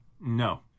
No